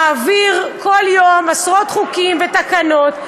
מעביר כל יום עשרות חוקים ותקנות,